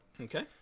okay